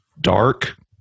dark